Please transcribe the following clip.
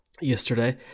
Yesterday